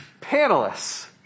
Panelists